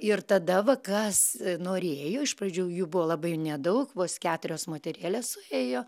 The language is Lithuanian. ir tada va kas norėjo iš pradžių jų buvo labai nedaug vos keturios moterėlės suėjo